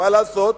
מה לעשות,